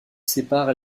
sépare